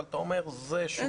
אבל אתה אומר: זה שוליים.